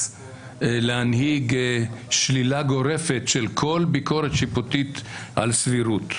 להנהיג שלילה גורפת של כל ביקורת שיפוטית על סבירות.